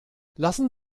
lassen